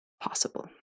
possible